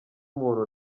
umuntu